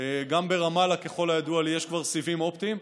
גם ברמאללה, ככל הידוע לי, יש כבר סיבים אופטיים.